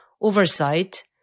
oversight